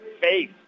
face